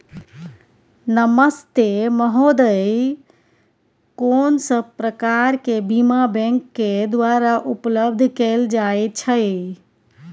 नमस्ते महोदय, कोन सब प्रकार के बीमा बैंक के द्वारा उपलब्ध कैल जाए छै?